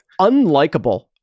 unlikable